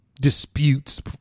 disputes